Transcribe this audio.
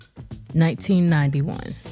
1991